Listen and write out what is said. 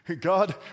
God